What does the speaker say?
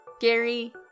Gary